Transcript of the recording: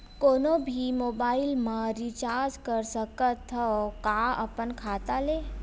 कोनो भी मोबाइल मा रिचार्ज कर सकथव का अपन खाता ले?